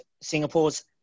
Singapore's